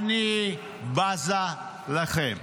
אני בזה לכם.